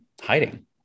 hiding